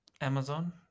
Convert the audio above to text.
Amazon